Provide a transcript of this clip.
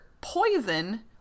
poison